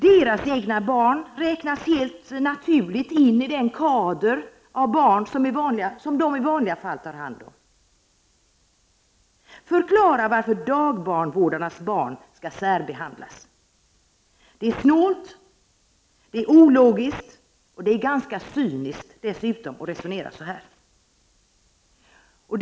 De egna barnen räknas helt naturligt in i den kader som de i vanliga fall tar hand om. Men förklara då varför dagbarnvårdarnas barn skall särbehandlas! Det är snålt, det är ologiskt och det är dessutom ganska cyniskt att resonera som man gör.